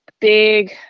big